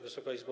Wysoka Izbo!